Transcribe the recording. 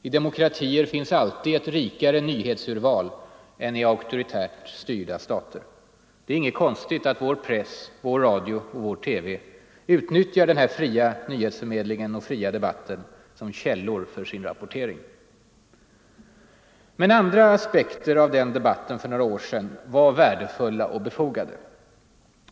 I demokratier finns alltid ett rikare nyhetsurval än i auktoritärt styrda stater. Det är inte konstigt att vår press, vår radio och vår TV utnyttjar denna fria nyhetsförmedling och fria debatt som källor för sin rapportering. Men andra aspekter på den debatten för några år sedan var värdefulla och befogade.